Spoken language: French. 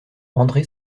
andré